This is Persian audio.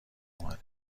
اومده